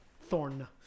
Thorn